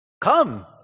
Come